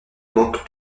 manquent